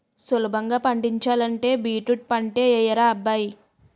సులభంగా పండించాలంటే బీట్రూట్ పంటే యెయ్యరా అబ్బాయ్